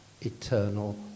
eternal